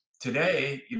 today